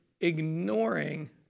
ignoring